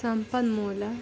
ಸಂಪನ್ಮೂಲ